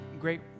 great